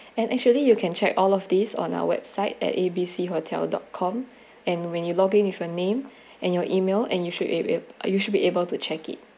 and actually you can check all of this on our website at a b c hotel dot com and when you login with your name and your email and you should you should be able to check it